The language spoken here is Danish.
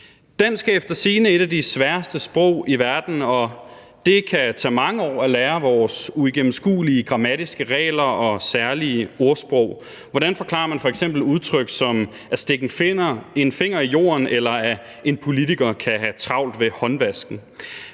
Dansk er efter sigende et af de sværeste sprog i verden, og det kan tage mange år at lære vores uigennemskuelige grammatiske regler og særlige ordsprog. Hvordan forklarer man f.eks. udtryk som at stikke en finger i jorden, eller at en politiker kan have travlt ved håndvasken?